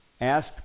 asked